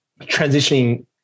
transitioning